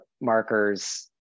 markers